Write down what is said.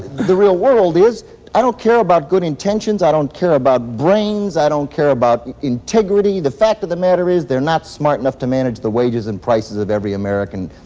the real world is i don't care about good intentions, i don't care about brains, i don't care about and integrity, the fact of the matter is they're not smart enough to manage the wages and prices of every american,